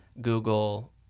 google